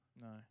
No